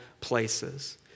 places